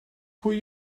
pwy